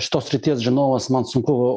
šitos srities žinovas man sunku